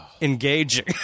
engaging